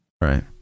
right